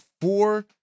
four